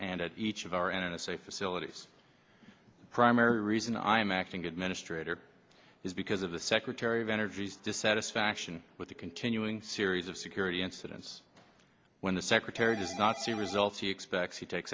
and at each of our n s a facilities the primary reason i am acting administrator is because of the secretary of energy is dissatisfaction with continuing series of security incidents when the secretary does not see results he expects he take